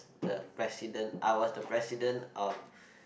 the president I was the president of